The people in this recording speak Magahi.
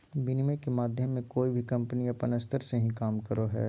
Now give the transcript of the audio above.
विनिमय के माध्यम मे कोय भी कम्पनी अपन स्तर से ही काम करो हय